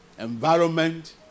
Environment